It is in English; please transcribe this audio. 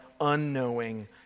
unknowing